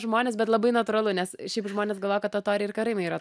žmonės bet labai natūralu nes šiaip žmonės galvoja kad totoriai ir karaimai yra